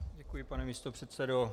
Děkuji, pane místopředsedo.